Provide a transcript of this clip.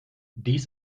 dies